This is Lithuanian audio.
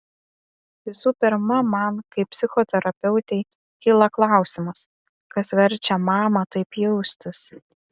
visų pirma man kaip psichoterapeutei kyla klausimas kas verčia mamą taip jaustis